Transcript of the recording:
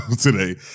today